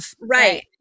Right